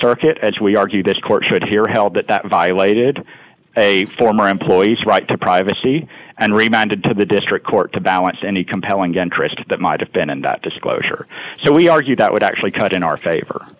circuit as we argued this court should hear held that that violated a former employees right to privacy and reminded to the district court to balance any compelling interest that might have been and that disclosure so we argue that would actually cut in our favor